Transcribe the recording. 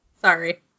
Sorry